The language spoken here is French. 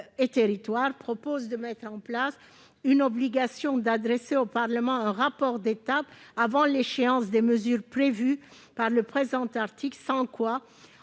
et Territoires propose de mettre en place une obligation d'adresser au Parlement un rapport d'étape avant l'échéance des mesures prévues par le présent article. En